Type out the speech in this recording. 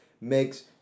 makes